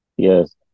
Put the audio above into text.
Yes